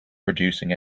producing